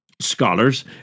scholars